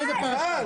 איזה פרשות?